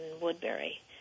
Woodbury